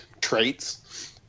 traits